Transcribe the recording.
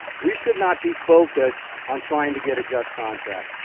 we should not be focused on trying to get a just contract.